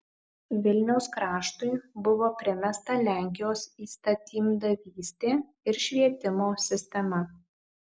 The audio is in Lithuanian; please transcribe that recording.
vilniaus kraštui buvo primesta lenkijos įstatymdavystė ir švietimo sistema